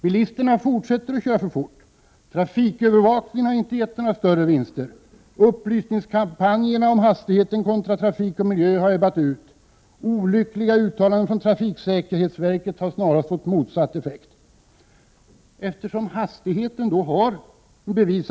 Bilisterna fortsätter att köra för fort. Trafikövervakningen har inte gett några större vinster. Upplysningskampanjerna om hastigheten kontra trafik och miljö har ebbat ut. Olyckliga uttalanden från trafiksäkerhetsverket har snarast fått motsatt effekt.